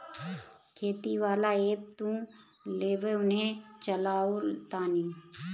खेती वाला ऐप तू लेबऽ उहे चलावऽ तानी